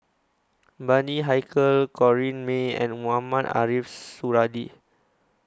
Bani Haykal Corrinne May and Mohamed Ariff Suradi